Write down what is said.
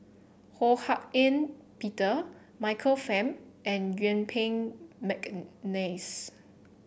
Ho Hak Ean Peter Michael Fam and Yuen Peng McNeice